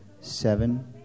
seven